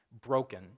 broken